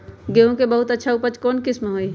गेंहू के बहुत अच्छा उपज कौन किस्म होई?